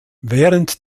während